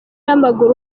w’amaguru